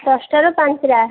ଦଶଟାରୁ ପାଞ୍ଚଟା